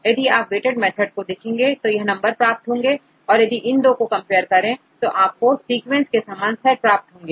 यदि आप weighted method को देखें तो यह नंबर प्राप्त होंगे यदि आप इन दो को कंपेयर करें तो आपको सीक्वेंस के समान सेट प्राप्त होंगे